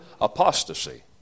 Apostasy